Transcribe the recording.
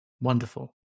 Wonderful